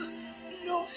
no